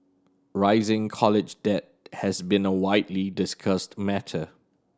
rising college debt has been a widely discussed matter